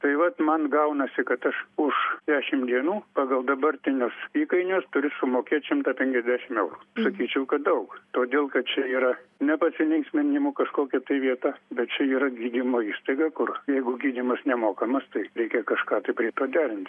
tai vat man gaunasi kad aš už dešimt dienų pagal dabartinius įkainius turi sumokėt šimtą penkiasdešim eurų sakyčiau kad daug todėl kad čia yra ne pasilinksminimų kažkokia tai vieta bet čia yra gydymo įstaiga kur jeigu gydymas nemokamas tai reikia kažką tai greit paderint